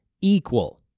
equal